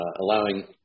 allowing